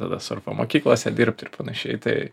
tada surfo mokyklose dirbt ir panašiai tai